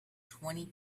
twenty